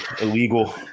illegal